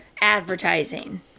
advertising